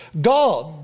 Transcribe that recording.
God